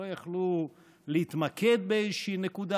לא יכלו להתמקד באיזושהי נקודה?